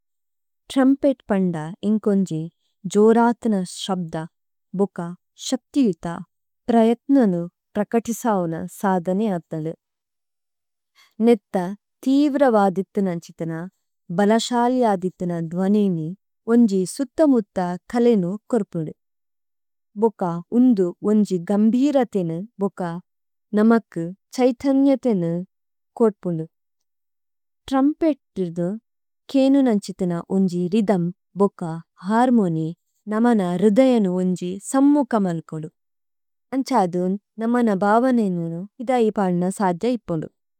ടരമപിട പണഡാ ഇംകഊംജി ജഉരാതന ശബദ, ബഗാ ശകതിയംത പരയതനനം പരകടിസാവന സാധനി ആതദലി। നിഥത തിവരവാധിതനം ചിതനാ, ബലശാലിയാധിതനം ദവനഇനം ഒംജി സഃതമംതാ ഖലഇനം കരപദു। ബഗാ ഈദം ഈജി ഗ� ഗമബിരതിന ബഗാ, നമകി ചഈതനിയതിന കഊഡപദു। ടരമപടിഡദം കഇനം നചിതന ഉംജി രിദമ, ബഗാ, ഹാരമഓനി, നമാന രദയനം ഉംജി സഃമഓകമനപദു। അംചാദം നമാ� വാവനഇന, ഇദാ ഇപാളനാ സാജജാ ഇപവി।